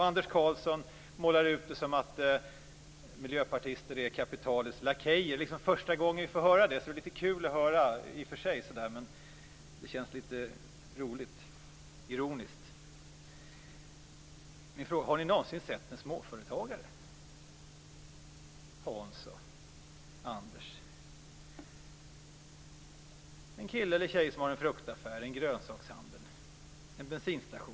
Anders Karlsson målar ut att miljöpartister är kapitalets lakejer. Det är första gången vi får höra det. Det är i och för sig lite kul att höra det, men jag är lite ironisk när jag säger att det känns roligt. Har ni någonsin sett en småföretagare, Hans och Anders? Har ni sett en kille eller tjej som har en fruktaffär, en grönsakshandel eller en bensinstation.